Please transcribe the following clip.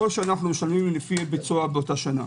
משלמים לפי ביצוע באותה שנה.